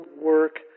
work